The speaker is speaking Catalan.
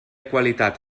qualitat